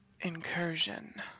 incursion